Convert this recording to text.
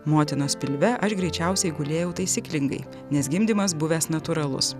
motinos pilve aš greičiausiai gulėjau taisyklingai nes gimdymas buvęs natūralus